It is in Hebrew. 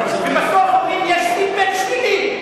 הכנסת, ובסוף אומרים, יש פידבק שלילי.